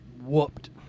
whooped